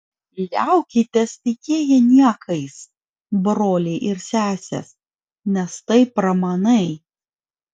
liaukitės tikėję niekais broliai ir sesės nes tai pramanai